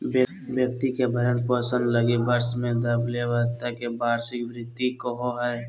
व्यक्ति के भरण पोषण लगी वर्ष में देबले भत्ता के वार्षिक भृति कहो हइ